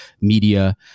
media